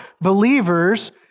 believers